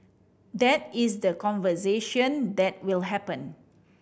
that is the conversation that will happen